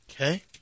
Okay